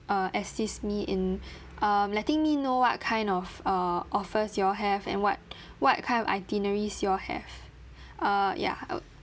uh assist me in um letting me know what kind of err offers y'all have and what what kind of itineraries y'all have uh ya I'd